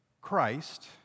Christ